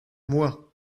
moi